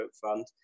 Fund